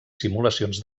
simulacions